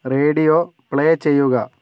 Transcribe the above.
radio play ചെയ്യുക